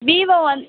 Vivo வந்து